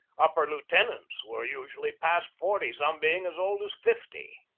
upper lieutenants were usually past forty, some being as old as fifty.